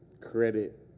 credit